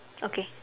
okay